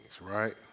right